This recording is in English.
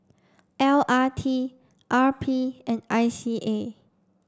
L R T R P and I C A